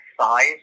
size